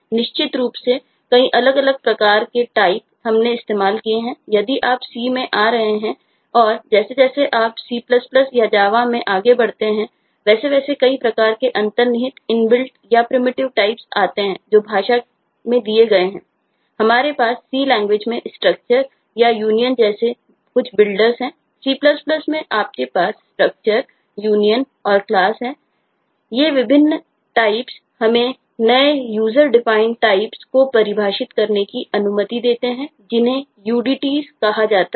निश्चित रूप से कई अलग अलग प्रकार के टाइप को परिभाषित करने की अनुमति देते हैं जिन्हें UDTs कहा जाता है